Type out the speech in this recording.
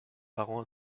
parents